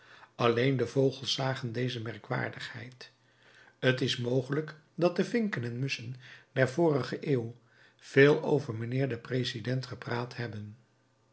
alleen de vogels zagen deze merkwaardigheid t is mogelijk dat de vinken en musschen der vorige eeuw veel over mijnheer den president gepraat hebben